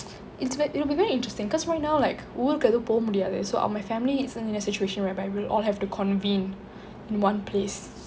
it's ve~ it'll be very interesting cause right now like ஊருக்கு எதுவும் போக முடியாது:oorukku yethuvum poga mudiyaathu so my family isn't in a situation whereby we will all have to convene in one place